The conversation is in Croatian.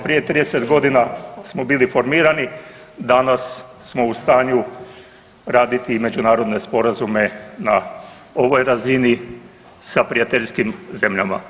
Prije 30 godina smo bili formirani, danas smo u stanju raditi i međunarodne sporazume na ovoj razini sa prijateljskim zemljama.